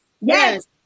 Yes